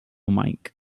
mike